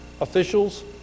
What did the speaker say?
officials